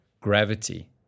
gravity